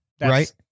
right